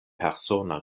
persona